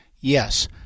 Yes